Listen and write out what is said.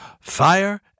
fire